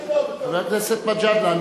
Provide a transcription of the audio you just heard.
חבר הכנסת מג'אדלה,